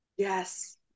Yes